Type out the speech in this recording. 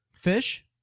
Fish